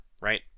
right